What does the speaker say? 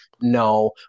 No